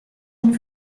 and